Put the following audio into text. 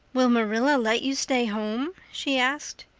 will marilla let you stay home? she asked.